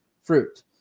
fruit